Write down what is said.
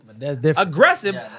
aggressive